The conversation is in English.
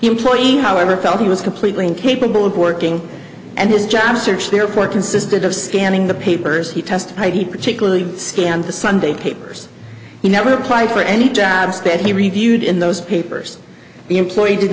employee however felt he was completely incapable of working and his job search therefore consisted of scanning the papers he testified he particularly scanned the sunday papers he never applied for any jobs that he reviewed in those papers the employee didn't